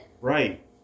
Right